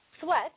sweat